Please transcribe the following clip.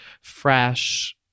fresh